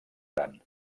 gran